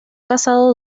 casado